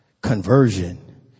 conversion